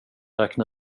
räkna